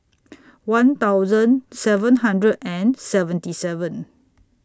one thousand seven hundred and seventy seven